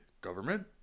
Government